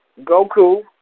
Goku